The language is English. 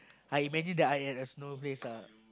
I imagine that I'm at a snow place lah